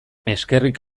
eskerrik